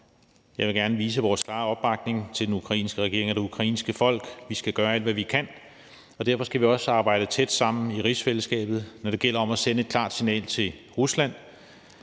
jeg vil gerne vise vores klare opbakning til den ukrainske regering og det ukrainske folk. Vi skal gøre alt, hvad vi kan, og derfor skal vi også arbejde tæt sammen i rigsfællesskabet, når det gælder om at sende et klart signal til Rusland.